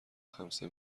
خمسه